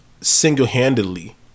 single-handedly